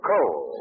Coal